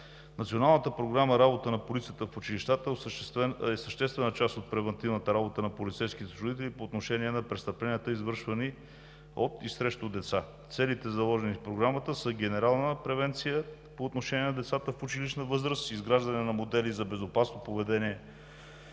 Националната програма „Работа на полицията в училищата“ е съществена част от превантивната работа на полицейските служители по отношение на престъпленията, извършвани от и срещу деца. Целите, заложени в Програмата, са: генерална превенция по отношение на децата в училищна възраст; изграждане на модели за безопасно поведение